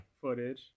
footage